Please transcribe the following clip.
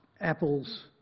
apples